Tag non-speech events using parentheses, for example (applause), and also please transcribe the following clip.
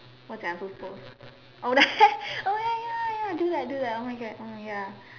what's that I'm supposed to post oh that (laughs) oh ya ya ya do that do that oh my God oh my ya